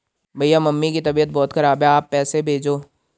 भैया मम्मी की तबीयत बहुत खराब है आप पैसे भेजो